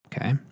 okay